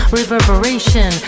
reverberation